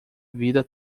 vida